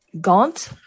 Gaunt